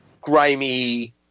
grimy